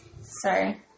Sorry